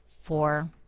four